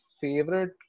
favorite